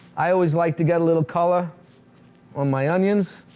i always like to get a little color on my onions.